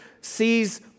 sees